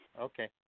Okay